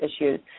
issues